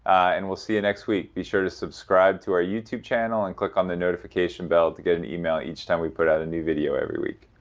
and we'll see you next week. be sure to subscribe to our youtube channel and click on the notification bell to get an email each time we put out a new video every week.